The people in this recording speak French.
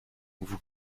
vous